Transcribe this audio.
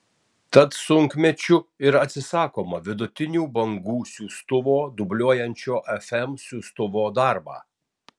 tad sunkmečiu ir atsisakoma vidutinių bangų siųstuvo dubliuojančio fm siųstuvo darbą